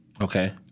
okay